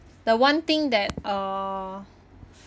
the one thing that uh